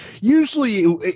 Usually